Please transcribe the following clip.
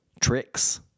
tricks